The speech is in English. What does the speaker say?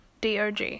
DOG